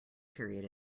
period